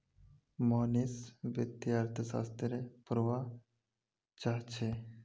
मोहनीश वित्तीय अर्थशास्त्र पढ़वा चाह छ